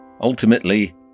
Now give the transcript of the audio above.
Ultimately